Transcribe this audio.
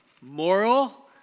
moral